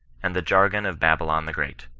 and the jargon of babylon the great.